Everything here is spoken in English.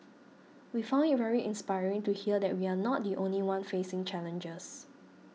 we found it very inspiring to hear that we are not the only one facing challenges